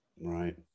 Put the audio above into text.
Right